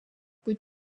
kuid